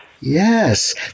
Yes